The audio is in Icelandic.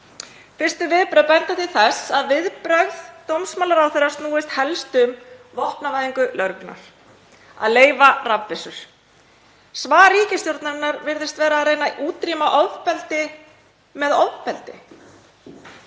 Fyrstu viðbrögð benda til þess að viðbrögð dómsmálaráðherra snúist helst um vopnvæðingu lögreglunnar, að leyfa rafbyssur. Svar ríkisstjórnarinnar virðist vera að reyna að útrýma ofbeldi